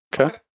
Okay